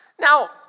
Now